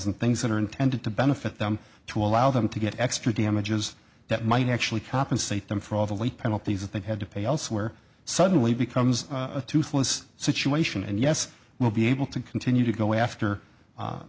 and things that are intended to benefit them to allow them to get extra damages that might actually compensate them for all the late penalties that they've had to pay elsewhere suddenly becomes a toothless situation and yes we'll be able to continue to go after